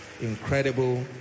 Incredible